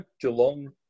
Geelong